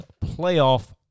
playoff